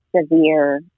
severe